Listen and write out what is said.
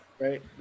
Right